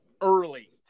early